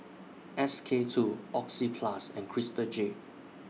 S K two Oxyplus and Crystal Jade